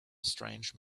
strange